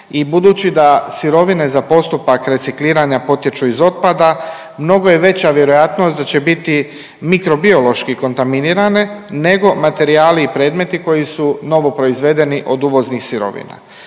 budući da sirovine za postupak recikliranja potječu iz otpada mnogo je veća vjerojatnost da će biti mikrobiološki kontaminirane nego materijali i predmeti koji su novoproizvedeni od uvoznih sirovina.